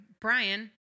Brian